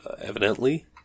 evidently